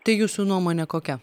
tai jūsų nuomonė kokia